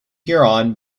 huron